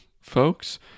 folks